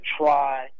try